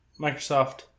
Microsoft